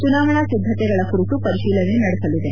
ಚುನಾವಣೆ ಸಿದ್ದತೆಗಳ ಕುರಿತು ಪರಿಶೀಲನೆ ನಡೆಸಲಿದೆ